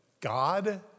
God